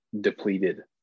depleted